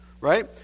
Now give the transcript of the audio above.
right